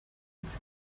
its